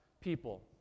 people